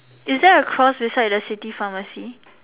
is there a cross beside the city pharmacy